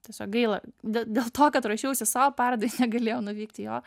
tiesiog gaila dė dėl to kad ruošiausi savo parodai negalėjau nuvykti į jo